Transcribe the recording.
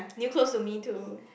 new clothes to me too